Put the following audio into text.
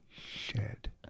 Shed